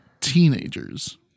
teenagers